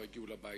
בילאדי",